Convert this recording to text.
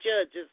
judges